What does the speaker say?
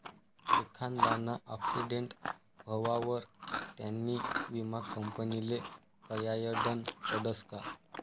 एखांदाना आक्सीटेंट व्हवावर त्यानी विमा कंपनीले कयायडनं पडसं का